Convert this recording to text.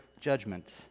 judgment